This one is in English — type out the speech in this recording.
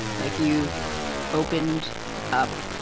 like, you've opened up,